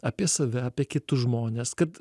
apie save apie kitus žmones kad